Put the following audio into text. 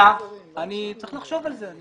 אני צריך לחשוב על זה.